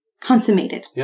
consummated